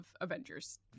Avengers